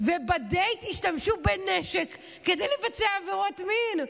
ובדייט השתמשו בנשק כדי לבצע עבירות מין.